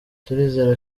turizera